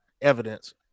Evidence